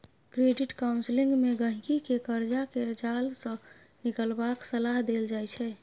credit counselling मे गहिंकी केँ करजा केर जाल सँ निकलबाक सलाह देल जाइ छै